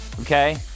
okay